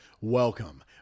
Welcome